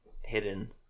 hidden